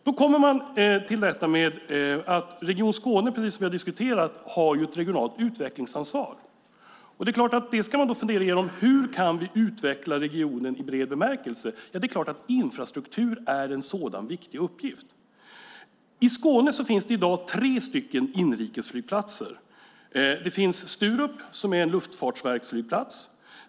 Då kommer man till detta med att Region Skåne, precis som vi har diskuterat, har ett regionalt utvecklingsansvar. Man ska fundera igenom: Hur kan vi utveckla regionen i bred bemärkelse? Det är klart att infrastruktur är en sådan viktig uppgift. I Skåne finns det i dag tre inrikesflygplatser. Det finns Sturup, som är en luftfartsverksflygplats.